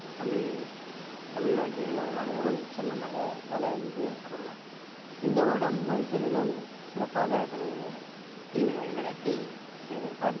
தமிழ் தமிழ்நாட்டில் உள்ளவர்கள் அனைவரும் செல்லமாக தலை என்று கூறுவார் இந்த வருடம் ஐபிஎல்லிலும் சிறப்பாக தனது டீமை வழி நடத்தி செய்து இருப்பார்